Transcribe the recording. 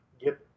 get